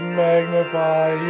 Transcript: magnify